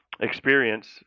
experience